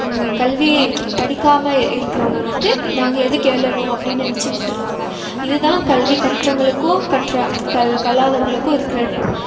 அவங்க கல்வி படிக்காமல் இருக்கிறவங்க வந்து நாங்கள் எதுக்கு ஏழனும் அப்படினு நினத்து விட்டுருவாங்க இது தான் கல்வி கற்றவங்களுக்கும் கற்ற கல்லா கல்லாதவங்களுக்கும் இருக்கிற